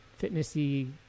fitnessy